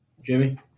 Jimmy